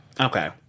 Okay